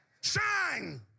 Shine